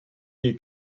you